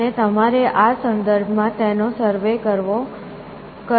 અને તમારે આ સંદર્ભમાં તેનો સર્વે કર્યો હોવો જોઇએ